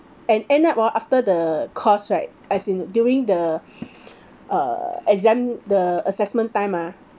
and end up hor after the course right as in during the uh exam the assessment time ah